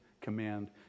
command